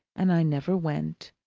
and i never went.